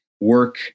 work